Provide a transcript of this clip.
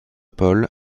paul